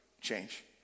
change